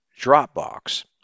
Dropbox